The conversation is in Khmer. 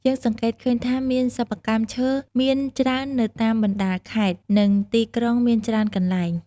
យើងសង្កេតឃើញថាមានសប្បកម្មឈើមានច្រើននៅតាមបណ្តាខេត្ត និងទីក្រុងមានច្រើនកន្លែង។